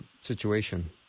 situation